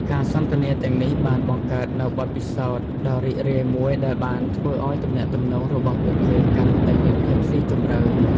ការសន្ទនាទាំងនេះបានបង្កើតនូវបទពិសោធន៍ដ៏រីករាយមួយដែលបានធ្វើឲ្យទំនាក់ទំនងរបស់ពួកគេកាន់តែមានភាពស៊ីជម្រៅ។